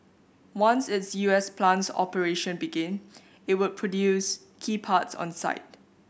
once its U S plant's operation began it would produce key parts on site